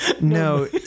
no